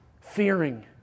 fearing